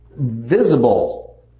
visible